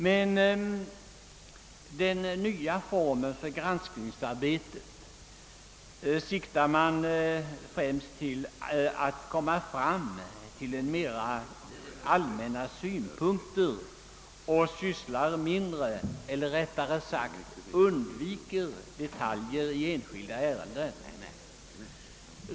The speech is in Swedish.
Med den nya formen för granskningsarbetet siktar man främst till att komma fram till mer allmänna synpunkter och sysslar därför mindre med eller rättare sagt undviker detaljer i enskilda ärenden.